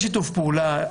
יש שיתוף פעולה.